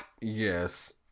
Yes